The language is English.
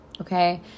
Okay